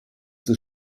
des